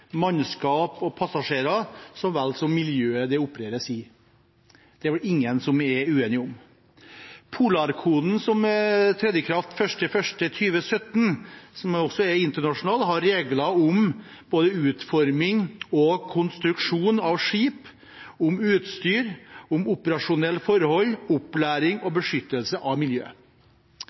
mannskap og passasjerer så vel som for miljøet det opereres i. Det er det vel ingen som er uenig i. Polarkoden, som trådte i kraft 1. januar 2017, som også er internasjonal, har regler om både utforming og konstruksjon av skip, utstyr, operasjonelle forhold, opplæring og beskyttelse av